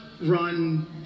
run